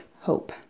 Hope